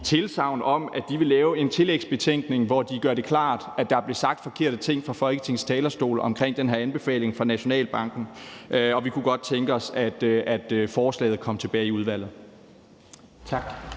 tilsagn om, at de vil lave en tillægsbetænkning, hvor de gør det klart, at der er blevet sagt forkerte ting fra Folketingets talerstol omkring den her anbefaling fra Nationalbanken. Og vi kunne godt tænke os, at forslaget kom tilbage til